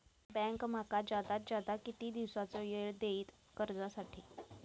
Bank माका जादात जादा किती दिवसाचो येळ देयीत कर्जासाठी?